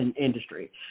industry